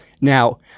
Now